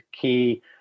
key